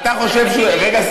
רגע,